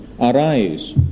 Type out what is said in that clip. arise